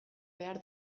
behar